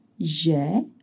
j'ai